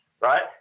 right